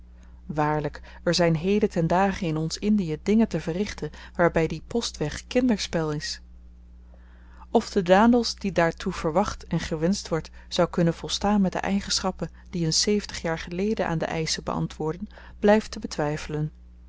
waarlyk er zyn heden ten dage in ons indie dingen te verrichten waarby die postweg kinderspel is of de daendels die daartoe verwacht en gewenscht wordt zou kunnen volstaan met de eigenschappen die n zeventig jaar geleden aan de eischen beantwoordden blyft te betwyfelen